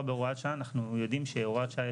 בהוראת שעה אנחנו יודעים שהוראת שעה,